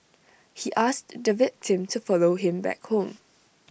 he asked the victim to follow him back home